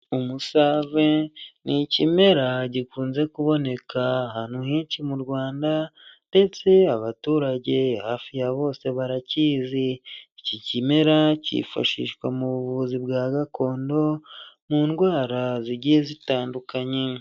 Umusave ni ikimera gikunze kuboneka ahantu henshi mu Rwanda, ndetse abaturage hafi ya bose baraki, iki kimera cyifashishwa mu buvuzi bwa gakondo mu ndwara zigiye zitandukanye.